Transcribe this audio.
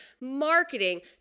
marketing